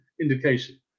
indication